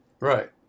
Right